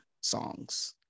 songs